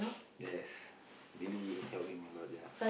yes really help him a lot ya